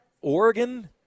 Oregon